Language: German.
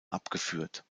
abgeführt